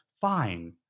fine